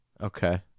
Okay